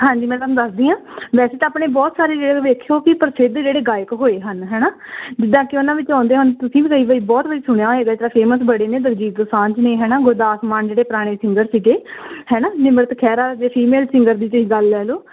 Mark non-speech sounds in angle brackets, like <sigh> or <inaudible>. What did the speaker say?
ਹਾਂਜੀ ਮੈਂ ਤੁਹਾਨੂੰ ਦੱਸਦੀ ਹਾਂ ਵੈਸੇ ਤਾਂ ਆਪਣੇ ਬਹੁਤ ਸਾਰੇ <unintelligible> ਵੇਖਿਓ ਕਿ ਪ੍ਰਸਿੱਧ ਜਿਹੜੇ ਗਾਇਕ ਹੋਏ ਹਨ ਹੈ ਨਾ ਜਿੱਦਾਂ ਕਿ ਉਹਨਾਂ ਵਿੱਚ ਆਉਂਦੇ ਹਨ ਤੁਸੀਂ ਵੀ ਕਈ ਵਾਰੀ ਬਹੁਤ ਵਾਰੀ ਸੁਣਿਆ ਹੋਏਗਾ ਜਿੱਦਾਂ ਫੇਮਸ ਬੜੇ ਨੇ ਦਿਲਜੀਤ ਦੁਸਾਂਝ ਨੇ ਹੈ ਨਾ ਗੁਰਦਾਸ ਮਾਨ ਜਿਹੜੇ ਪੁਰਾਣੇ ਸਿੰਗਰ ਸੀਗੇ ਹੈ ਨਾ ਨਿਮਰਤ ਖਹਿਰਾ ਜੇ ਫੀਮੇਲ ਸਿੰਗਰ ਦੀ ਤੁਸੀਂ ਗੱਲ ਲੈ ਲਉ